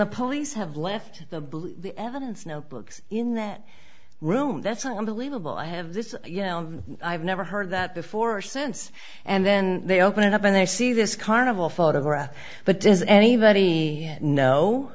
the police have left the blue the evidence notebooks in that room that's unbelievable i have this you know i've never heard that before or since and then they open it up and they see this carnival photograph but does anybody know